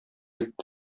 итте